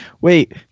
Wait